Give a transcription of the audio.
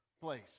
place